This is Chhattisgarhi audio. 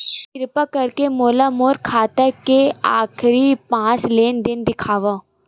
किरपा करके मोला मोर खाता के आखिरी पांच लेन देन देखाव